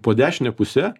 po dešine puse